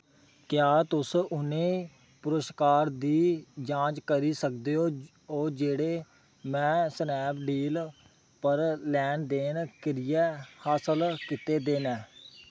क्या तुस उ'नें पुरस्कार दी जांच करी सकदे ओ ओ जेह्ड़े मै स्नैपडील लैन देन करियै हासल कीते दे न